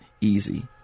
easy